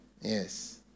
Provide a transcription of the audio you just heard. Yes